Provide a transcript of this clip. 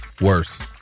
worse